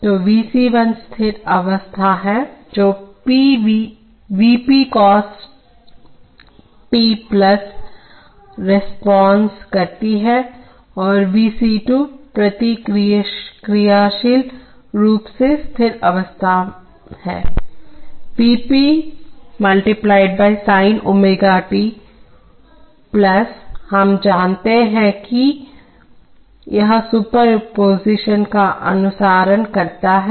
तो V c 1 स्थिर अवस्था है जो V p cos t पर रिस्पांस करती है V c 2 प्रतिक्रियाशील रूप से स्थिर अवस्था है V p × sin ω t और हम जानते हैं कि यह सुपरपोजीशन का अनुसरण करता है